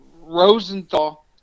Rosenthal